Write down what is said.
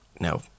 no